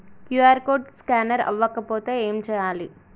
QR code scanner అవ్వకపోతే ఏం చేయాలి?